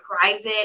private